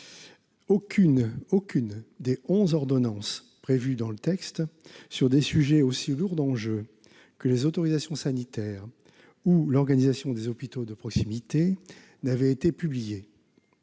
Aucune des onze ordonnances prévues dans le texte, sur des sujets aussi lourds d'enjeux que les autorisations sanitaires ou l'organisation des hôpitaux de proximité, n'avait été publiée.